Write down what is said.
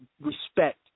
respect